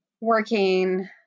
working